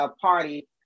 Party